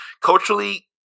culturally